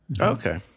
Okay